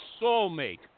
soulmate